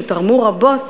שתרמו רבות